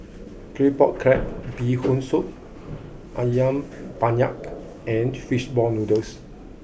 Claypot Crab Bee Hoon Soup Ayam Penyet and Fishball Noodles